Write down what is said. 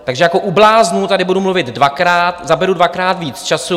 Takže jako u bláznů tady budu mluvit dvakrát, zaberu dvakrát víc času.